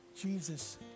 Jesus